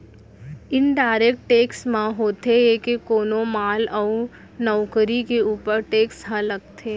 indirect tax म होथे ये के कोनो माल अउ नउकरी के ऊपर टेक्स ह लगथे